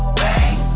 bang